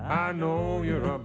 i know you're